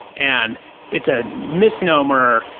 and it's a misnomer,